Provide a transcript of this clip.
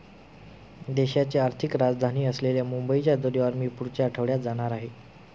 देशाची आर्थिक राजधानी असलेल्या मुंबईच्या दौऱ्यावर मी पुढच्या आठवड्यात जाणार आहे